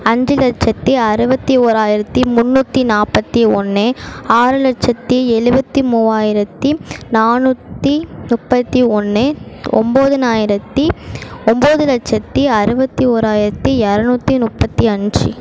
அஞ்சு லட்சத்து அறுபத்தி ஓராயிரத்து முன்னூற்றி நாற்பத்தி ஒன்று ஆறு லட்சத்து எழுபத்தி மூவாயிரத்து நானூற்றி முப்பத்தி ஒன்று ஒம்போதுனாயிரத்து ஒம்பது லட்சத்து அறுபத்தி ஓராயிரத்து இரநூத்தி முப்பத்தி அஞ்சு